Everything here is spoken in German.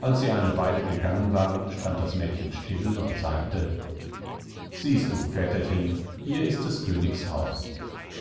als sie eine weile gegangen waren stand das mädchen still und sagte siehst du väterchen hier ist des königs haus